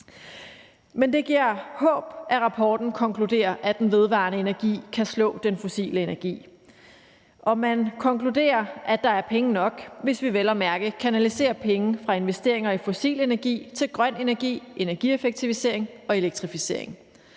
Det giver dog håb, at rapporten konkluderer, at den vedvarende energi kan slå den fossile energi. Man konkluderer, at der er penge nok, hvis vi vel at mærke kanaliserer penge fra investeringer i fossil energi til grøn energi, energieffektivisering og elektrificering.